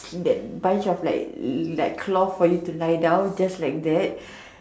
that bunch of like cloth for you to lie down just like that